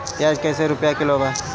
प्याज कइसे रुपया किलो बा?